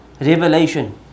revelation